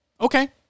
Okay